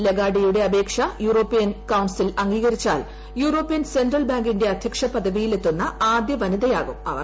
ലഗാർഡേയുടെ അപേക്ഷ European council അംഗീകരിച്ചാൽ European central ബാങ്കിന്റെ അധ്യക്ഷ പദവിയിലെത്തുന്ന ആദ്യ വനിതയാകും അവർ